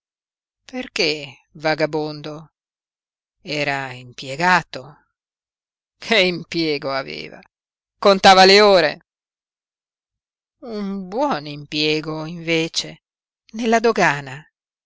perché vagabondo era impiegato che impiego aveva contava le ore un buon impiego invece nella dogana